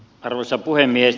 arvoisa puhemies